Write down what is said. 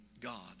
God